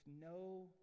no